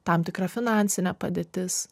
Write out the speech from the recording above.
tam tikra finansinė padėtis